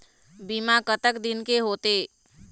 बीमा कतक दिन के होते?